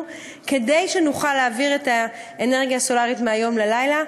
כדי שנוכל להעביר את האנרגיה הסולרית מהיום ללילה,